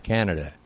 Canada